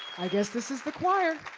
i guess this is the choir.